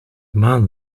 maan